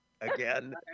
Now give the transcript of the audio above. Again